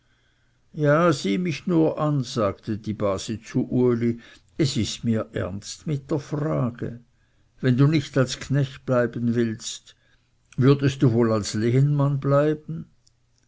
ja sieh mich nur an sagte die base zu uli es ist mir ernst mit der frage wenn du nicht als knecht bleiben willst würdest du wohl als lehenmann bleiben